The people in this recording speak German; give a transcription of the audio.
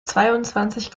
zweiundzwanzig